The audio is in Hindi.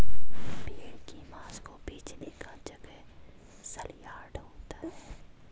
भेड़ की मांस को बेचने का जगह सलयार्ड होता है